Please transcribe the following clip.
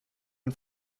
den